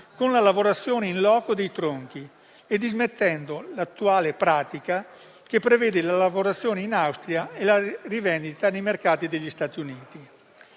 con la lavorazione *in loco* dei tronchi e dismettendo l'attuale pratica che prevede la lavorazione in Austria e la rivendita nei mercati degli Stati Uniti.